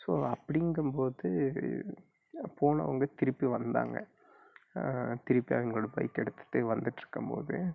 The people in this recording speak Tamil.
ஸோ அப்பிடிங்கும் போது போனவங்க திருப்பி வந்தாங்க திருப்பி அவிங்களோட பைக் எடுத்துட்டு வந்துட்ருக்கும் போது